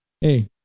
Hey